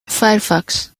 firefox